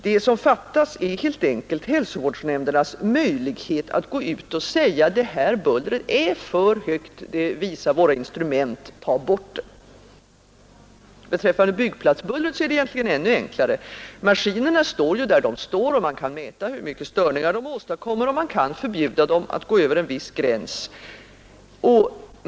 Det som fattas är helt enkelt hälsovårds-= ——-——— nämndernas möjlighet att gå ut och säga: Det här bullret är för högt — Åtgärder mot det visar våra instrument. Ta bort det! buller Beträffande byggplatsbullret är det egentligen ännu enklare. Maski nerna står ju där de står, och man kan mäta hur mycket störningar de åstadkommer och förbjuda dem att gå över en viss gräns.